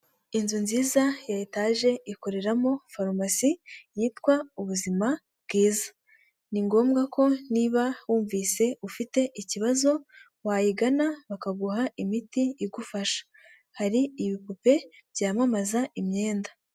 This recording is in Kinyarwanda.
Inzu nziza ya etaje ikoreramo farumasi yitwa ubuzima bwiza. Ni ngombwa ko niba wumvise ufite ikibazo wayigana bakaguha imiti igufasha, hari ibipupe byamamaza imyenda.